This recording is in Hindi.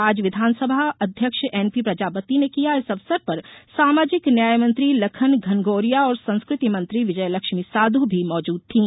आज विधानसभा अध्यक्ष एन पी प्रजापति ने किया इस अवसर पर सामाजिक न्याय मंत्री लखन घनघोरिया और संस्कृति मंत्री विजयलक्ष्मी साधौ भी मौजूद थीं